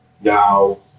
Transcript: Now